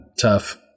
Tough